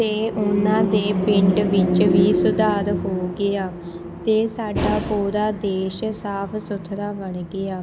ਅਤੇ ਉਹਨਾਂ ਦੇ ਪਿੰਡ ਵਿੱਚ ਵੀ ਸੁਧਾਰ ਹੋ ਗਿਆ ਅਤੇ ਸਾਡਾ ਪੂਰਾ ਦੇਸ਼ ਸਾਫ ਸੁਥਰਾ ਬਣ ਗਿਆ